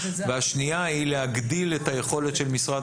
והשנייה היא להגדיל את היכולת של משרד